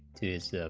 to so